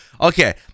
Okay